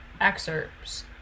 excerpts